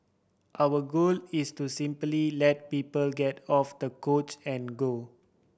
our goal is to simply let people get off the couch and go